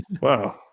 wow